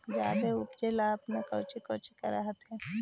जादे उपजाबे ले अपने कौची कौची कर हखिन?